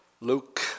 Luke